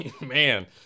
Man